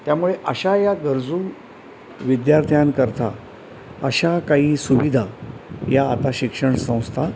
त्यामुळे अशा या गरजू विद्यार्थ्यांकरता अशा काही सुविधा या आता शिक्षण संस्था